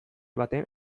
baten